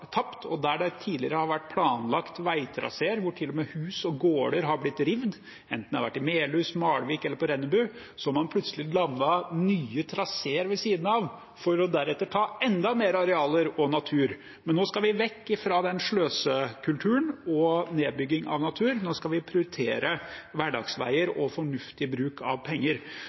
tapt, og der det tidligere har vært planlagt veitraseer hvor til og med hus og gårder har blitt revet – enten det har vært i Melhus, i Malvik eller på Rennebu – har man plutselig landet nye traseer ved siden av, for deretter å ta enda mer arealer og natur. Men nå skal vi vekk fra den sløsekulturen og nedbygging av natur. Nå skal vi prioritere hverdagsveier og fornuftig bruk av penger.